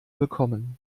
bekommen